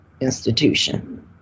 institution